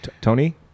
Tony